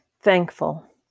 Thankful